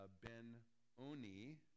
Ben-Oni